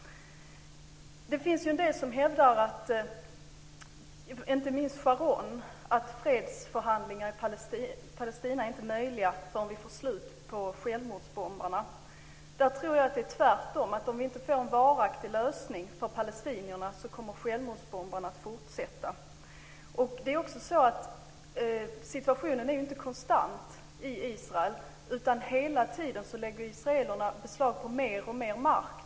Det finns en del som hävdar, inte minst Sharon, att fredsförhandlingar med Palestina inte är möjliga förrän vi får slut på självmordsbombarna. Jag tror att det är tvärtom: Om vi inte får en varaktig lösning för palestinierna kommer självmordsbombarna att fortsätta. Situationen är inte heller konstant i Israel. Hela tiden lägger israelerna beslag på mer och mer mark.